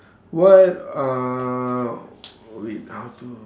what uh wait how to